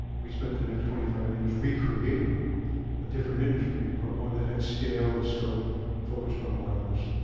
we spent the next twenty five years recreating a different industry, but one that had scale and scope, and focused on wireless,